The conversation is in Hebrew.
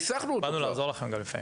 בא לנו לעזור לכם לפעמים.